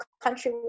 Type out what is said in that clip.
country